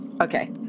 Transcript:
Okay